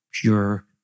pure